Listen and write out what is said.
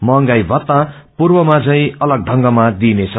मइंगाई भत्ता पूर्वमा झै अलग ढंगमा दिइनेछ